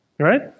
Right